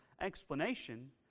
explanation